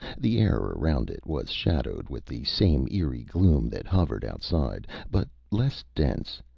the air around it was shadowed with the same eerie gloom that hovered outside, but less dense,